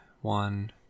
One